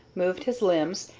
moved his limbs,